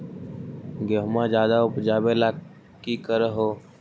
गेहुमा ज्यादा उपजाबे ला की कर हो?